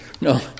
no